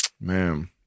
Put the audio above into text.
man